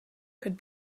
could